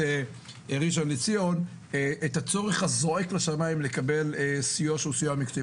ראשון לציון לגבי הצורך הזועק לשמיים לקבלת סיוע מקצועי.